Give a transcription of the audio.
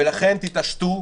תתעשתו,